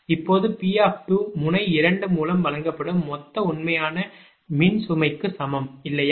இப்போது P முனை 2 மூலம் வழங்கப்படும் மொத்த உண்மையான மின் சுமைக்கு சமம் இல்லையா